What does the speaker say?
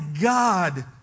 God